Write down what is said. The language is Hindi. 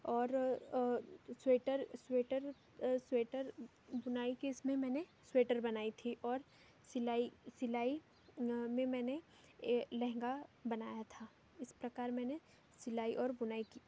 और स्वेटर स्वेटर स्वेटर बुनाई थी इसमें मैंने स्वेटर बनाई थी और सिलाई सिलाई में मैंने ए लहंगा बनाया था इस प्रकार मैंने सिलाई और बुनाई की थी